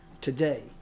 today